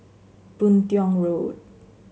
Boon Tiong Road